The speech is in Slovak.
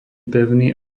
pevný